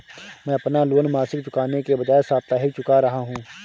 मैं अपना लोन मासिक चुकाने के बजाए साप्ताहिक चुका रहा हूँ